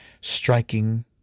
striking